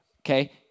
okay